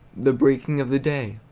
the breaking of the day.